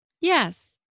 Yes